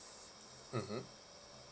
mmhmm